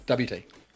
WT